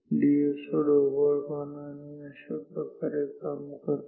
D S O ढोबळमानाने अशाप्रकारे काम करतो